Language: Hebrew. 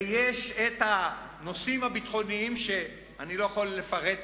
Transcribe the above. ויש הנושאים הביטחוניים שאני לא יכול לפרט כאן,